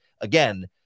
Again